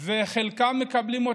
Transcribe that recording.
ואת חלקן מקבלים,